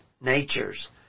natures